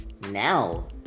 Now